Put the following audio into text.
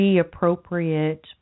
appropriate